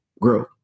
grow